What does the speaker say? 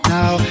Now